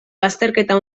bazterketa